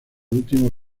último